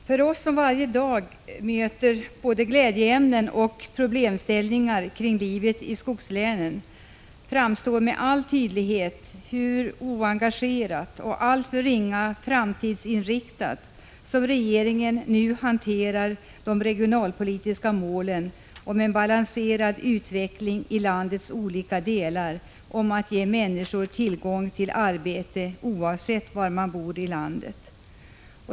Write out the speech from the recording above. För oss som varje dag möter glädjeämnen och problemställningar i livet i skogslänen framstår med all önskvärd tydlighet hur oengagerat och alltför ringa framtidsinriktat som regeringen nu hanterar de regionalpolitiska målen om en balanserad utveckling i landets olika delar och om att människor skall ges tillgång till arbete oavsett var de bor i landet.